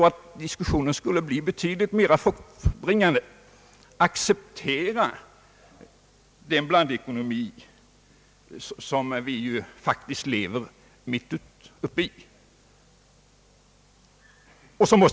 Enligt min uppfattning skulle diskussionen bli betydligt mera fruktbringande om man accepterade den blandekonomi, som vi faktiskt lever mitt uppe i.